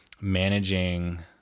managing